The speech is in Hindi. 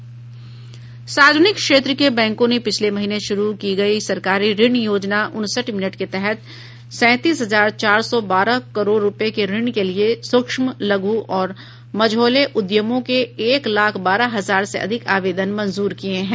सार्वजनिक क्षेत्र के बैंकों ने पिछले महीने शुरू की गई सरकारी ऋण योजना उनसठ मिनट के तहत सैंतीस हजार चार सौ बारह करोड़ रुपये के ऋण के लिए सूक्ष्म लघु और मझौले उद्यमों के एक लाख बारह हजार से अधिक आवेदन मंजूर किए हैं